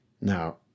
now